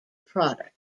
product